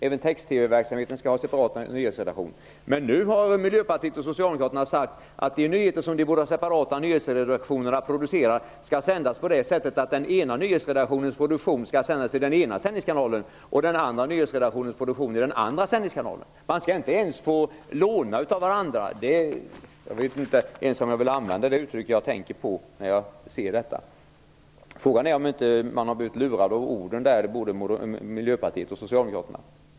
Även text-TV-verksamheten skall ha en separat nyhetsredaktion. Men nu har Miljöpartiet och Socialdemokraterna sagt att de nyheter som de båda separata nyhetsredaktionerna producerar skall sändas på det sättet att den ena nyhetsredaktionens produktion skall sändas i den ena sändningskanalen och den andra nyhetsredaktionens produktion i den andra sändningskanalen. Man skall inte ens få låna av varandra. Jag vet inte ens om jag vill använda det uttryck jag tänker på när jag ser detta. Frågan är om inte både Miljöpartiet och Socialdemokraterna blivit lurade av orden där.